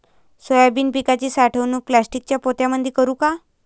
Soybean पिकाची साठवणूक प्लास्टिकच्या पोत्यामंदी करू का?